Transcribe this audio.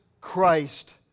Christ